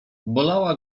bolała